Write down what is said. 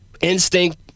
instinct